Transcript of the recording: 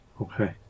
Okay